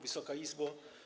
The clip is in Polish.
Wysoka Izbo!